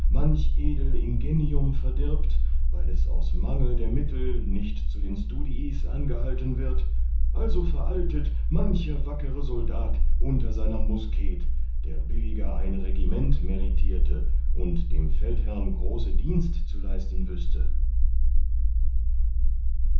manch edel ingenium verdirbt weil es aus mangel der mittel nicht zu den studiis angehalten wird also veraltet mancher wackerer soldat unter seiner musket der billiger ein regiment meritierte und dem feldherrn große dienst zu leisten wüßte